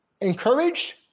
encouraged